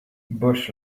bush